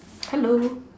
hello